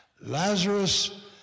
Lazarus